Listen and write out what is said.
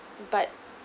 but